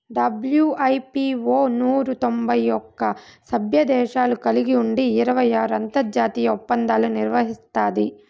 WIPO నూరు తొంభై ఒక్క సభ్యదేశాలు కలిగి ఉండి ఇరవై ఆరు అంతర్జాతీయ ఒప్పందాలు నిర్వహిస్తాది